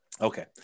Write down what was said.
Okay